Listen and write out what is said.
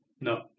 No